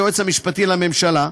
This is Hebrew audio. המשנה ליועץ המשפטי לממשלה,